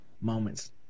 moments